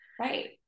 right